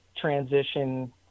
transition